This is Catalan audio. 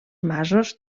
masos